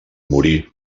morí